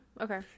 Okay